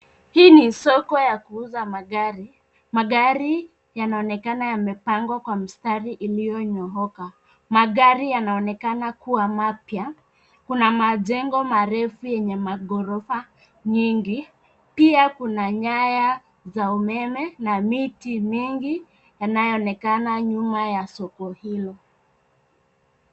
Hii ni soko ya kuuza magari. Magari, yanaonekana yamepangwa kwa mstari iliyonyooka. Magari yanaonekana kuwa mapya, kuna majengo marefu yenye maghorofa, nyingi, pia kuna nyaya, za umeme na miti mengi, yanayoonekana nyuma ya soko hilo.